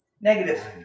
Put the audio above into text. Negative